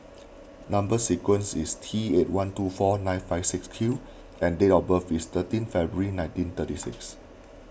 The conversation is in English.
Number Sequence is T eight one two four nine five six Q and date of birth is thirteen February nineteen thirty six